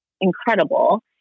incredible